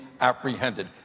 apprehended